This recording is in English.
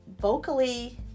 vocally